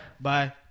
bye